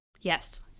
Yes